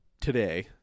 today